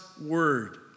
word